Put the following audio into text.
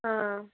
ಹಾಂ